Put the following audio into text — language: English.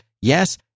yes